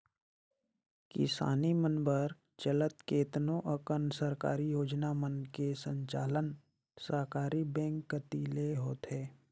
किसानी मन बर चलत केतनो अकन सरकारी योजना मन के संचालन सहकारी बेंक कति ले होथे